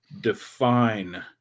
define